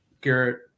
Garrett